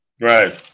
Right